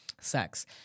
sex